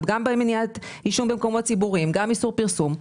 גם במניעת עישון במקומות ציבוריים וגם איסור פרסום.